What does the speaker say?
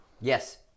Yes